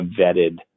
vetted